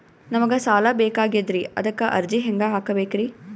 ನಮಗ ಸಾಲ ಬೇಕಾಗ್ಯದ್ರಿ ಅದಕ್ಕ ಅರ್ಜಿ ಹೆಂಗ ಹಾಕಬೇಕ್ರಿ?